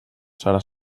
serà